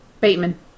Bateman